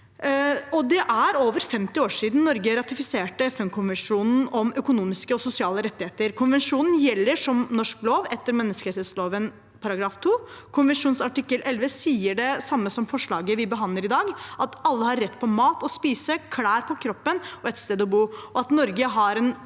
Det er over 50 år siden Norge ratifiserte FN-konvensjonen om økonomiske og sosiale rettigheter. Konvensjonen gjelder som norsk lov etter menneskerettsloven § 2. Konvensjonsartikkel nr. 11 sier det samme som forslaget vi behandler i dag: at alle har rett på mat å spise, klær på kroppen og et sted å bo, og at Norge har en